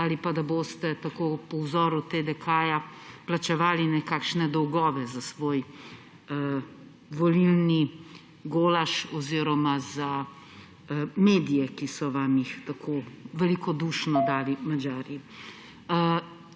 ali pa da boste tako po vzoru TDK plačevali nekakšne dolgove za svoj volilni golaž oziroma za medije, ki so vam jih tako velikodušno dali Madžari.